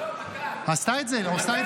היא עשתה את זה.